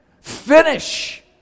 Finish